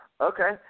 okay